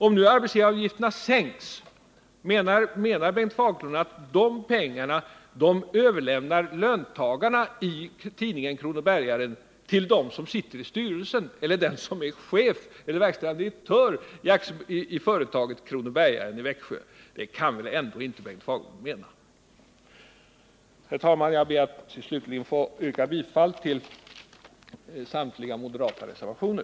Om nu arbetsgivaravgifterna sänks, menar Bengt Fagerlund att löntagarna i tidningen Kronobergaren överlämnar de pengarna till dem som sitter i styrelsen eller till verkställande direktören i företaget Kronobergaren i Växjö? Det kan väl ändå inte Bengt Fagerlund mena! Herr talman! Jag ber till sist att få yrka bifall till samtliga moderata reservationer.